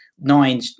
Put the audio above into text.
nine